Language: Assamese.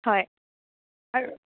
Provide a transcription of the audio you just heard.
হয় আৰ